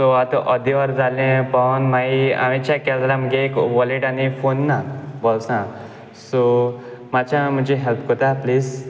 so आतां अर्दें वर जालें पावोन मागीर हांवें चॅक केल जाल्यार मुगे एक वॉलेट आनी फोन ना बोळ्सां सो मातशे म्हुजी हेल्प कोरता प्लीज